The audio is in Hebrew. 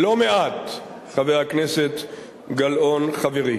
לא מעט, חבר הכנסת גלאון, חברי.